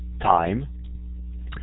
time